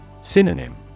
Synonym